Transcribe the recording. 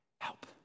Help